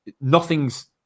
nothing's